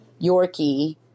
Yorkie